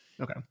Okay